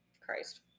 Christ